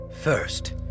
First